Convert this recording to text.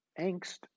angst